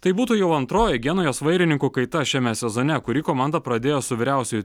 tai būtų jau antroji genujos vairininkų kaita šiame sezone kurį komanda pradėjo su vyriausiuoju